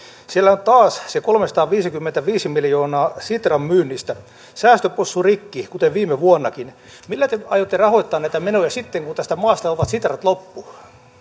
siellä on taas se kolmesataaviisikymmentäviisi miljoonaa sitran myynnistä säästöpossu rikki kuten viime vuonnakin millä te aiotte rahoittaa näitä menoja sitten kun tästä maasta ovat sitrat loppu